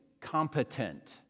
competent